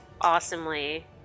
awesomely